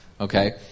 Okay